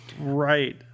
Right